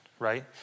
Right